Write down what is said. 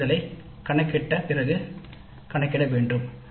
S அடையலைக் கணக்கிட்ட பிறகு கணக்கிட வேண்டும்